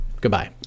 Goodbye